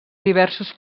diversos